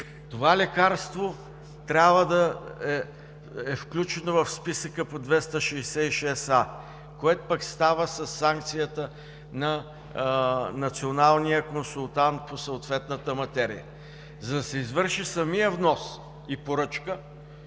Това лекарство трябва да е включено в списъка по чл. 266а, което пък става със санкцията на националния консултант по съответната материя. За да се извърши самият внос и поръчка,